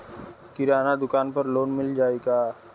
किराना दुकान पर लोन मिल जाई का?